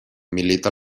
milita